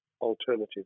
alternative